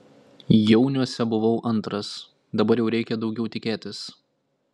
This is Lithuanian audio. jauniuose buvau antras dabar jau reikia daugiau tikėtis